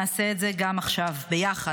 נעשה את זה גם עכשיו ביחד,